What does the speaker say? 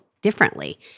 differently